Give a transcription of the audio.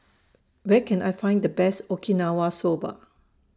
Where Can I Find The Best Okinawa Soba